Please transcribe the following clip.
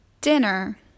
DINNER